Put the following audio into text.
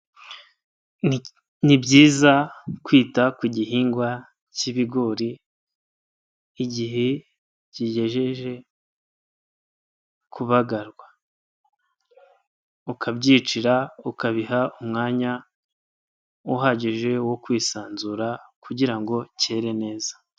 Ni, ni byiza kwita ku gihingwa cy'ibigori igihe kigejeje kubagarwa, ukabyicira, ukabiha umwanya uhagije wo kwisanzura kugira ngo cyere neza.